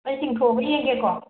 ꯑꯩ ꯇꯤꯡꯊꯣꯛꯑꯒ ꯌꯦꯡꯒꯦꯀꯣ